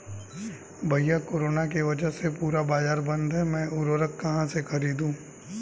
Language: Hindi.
भैया कोरोना के वजह से पूरा बाजार बंद है मैं उर्वक कहां से खरीदू?